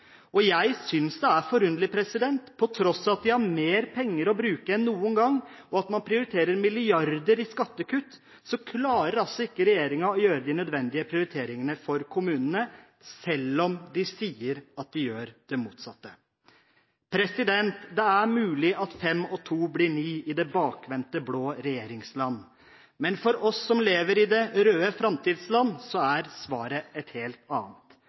foreslo. Jeg synes det er forunderlig at på tross av at vi har mer penger å bruke enn noen gang og man prioriterer milliarder i skattekutt, klarer altså ikke regjeringen å gjøre de nødvendige prioriteringene for kommunene, selv om de sier at de gjør det motsatte. Det er mulig at fem og to er ni i det bakvendte blå regjeringsland, men for oss som lever i det røde framtidsland, er svaret et helt annet